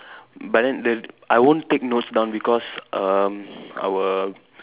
but then the I won't take notes down because um our